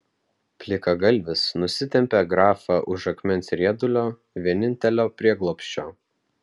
plikagalvis nusitempė grafą už akmens riedulio vienintelio prieglobsčio